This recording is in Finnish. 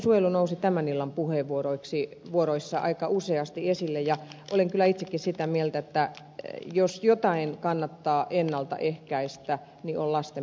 lastensuojelu nousi tämän illan puheenvuoroissa aika useasti esille ja olen kyllä itsekin sitä mieltä että jos jotain kannattaa ennalta ehkäistä se on lasten pahoinvointi